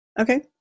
Okay